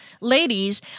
ladies